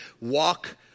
Walk